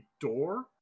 door